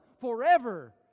forever